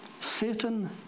Satan